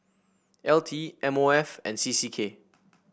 L T M O F and C C K